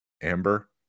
amber